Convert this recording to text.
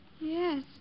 Yes